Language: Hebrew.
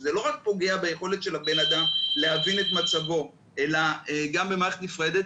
שזה לא רק פוגע ביכולת של הבן אדם להבין את מצבו אלא גם במערכת נפרדת,